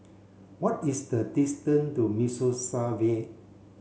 what is the distance to Mimosa Vale